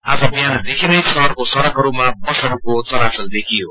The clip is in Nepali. आज विझनदेखि नै शहरको सड़कहरूमा बसहरूको चलायल देखियो